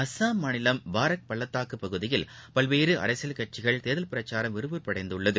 அசாம் மாநிலம் பாரக் பள்ளத்தாக்குபகுதியில் பல்வேறுஅரசியல் கட்சிகளின் தேர்தல் பிரச்சாரம் விறுவிறுப்பு அடைந்துள்ளது